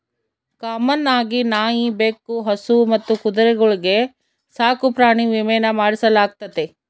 common ಆಗಿ ನಾಯಿ, ಬೆಕ್ಕು, ಹಸು ಮತ್ತು ಕುದುರೆಗಳ್ಗೆ ಸಾಕುಪ್ರಾಣಿ ವಿಮೇನ ಮಾಡಿಸಲಾಗ್ತತೆ